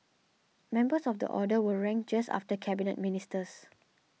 members of the Order were ranked just after Cabinet Ministers